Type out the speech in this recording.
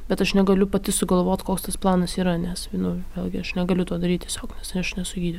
bet aš negaliu pati sugalvot koks tas planas yra nes nu vėlgi aš negaliu to daryt tiesiog nes aš nesu gydy